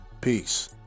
Peace